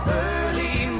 early